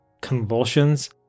convulsions